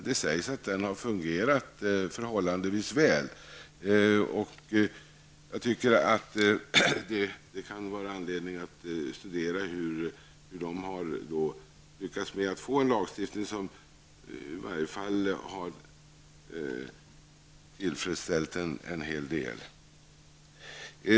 Det sägs att den har fungerat förhållandevis väl, och det kan enligt min uppfattning vara anledning att studera hur man där har lyckats med att få en lagstiftning som i varje fall har tillfredsställt en hel del.